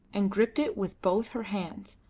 and gripped it with both her hands,